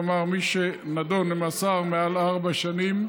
כלומר מי שנידון למאסר של מעל ארבע שנים,